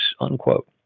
unquote